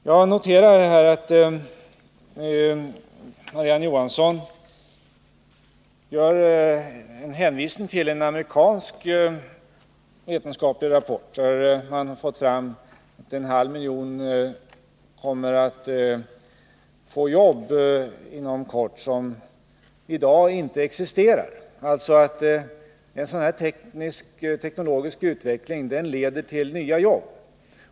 Jag noterar att Marie-Ann Johansson hänvisar till en amerikansk vetenskaplig rapport, där det sägs att en halv miljon människor inom kort kommer att få arbeten som i dag inte existerar — alltså att en sådan här teknologisk utveckling leder till nya jobb.